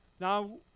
Now